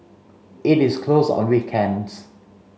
it is closed on weekends